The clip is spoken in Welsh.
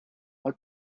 mae